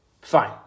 Fine